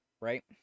right